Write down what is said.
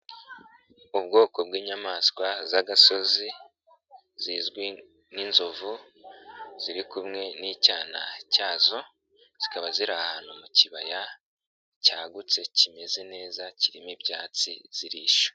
Ubwoko bw'inyamaswa z'agasozi zizwi nk'inzovu, ziri kumwe n'icyana cyazo, zikaba ziri ahantu mu kibaya cyagutse kimeze neza kirimo ibyatsi zirisha.